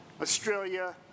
Australia